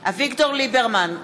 אביגדור ליברמן,